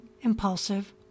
impulsive